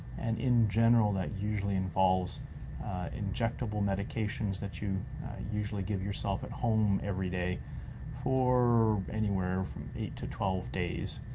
and in general that usually involves injectable medications that you usually give yourself at home every day for anywhere from eight to twelve days.